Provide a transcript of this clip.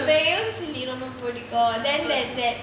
வெய்யோன் சில்லி ரொம்ப பிடிக்கும்:veyyon silli romba pidikum then that that